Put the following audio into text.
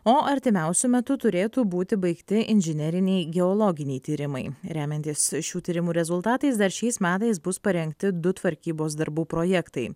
o artimiausiu metu turėtų būti baigti inžineriniai geologiniai tyrimai remiantis šių tyrimų rezultatais dar šiais metais bus parengti du tvarkybos darbų projektai